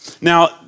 Now